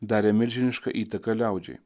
darė milžinišką įtaką liaudžiai